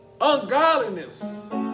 ungodliness